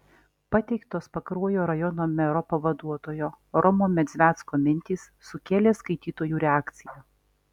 pateiktos pakruojo rajono mero pavaduotojo romo medzvecko mintys sukėlė skaitytojų reakciją